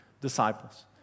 disciples